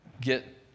get